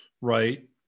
right